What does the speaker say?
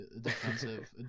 defensive